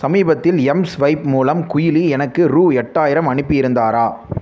சமீபத்தில் எம்ஸ்வைப் மூலம் குயிலி எனக்கு ரூபா எட்டாயிரம் அனுப்பியிருந்தாரா